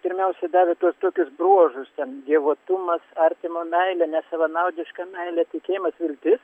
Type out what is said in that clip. pirmiausia davė tuos tokius bruožus ten dievotumas artimo meilė nesavanaudiška meilė tikėjimas viltis